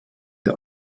der